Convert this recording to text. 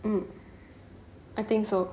mm I think so